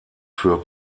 für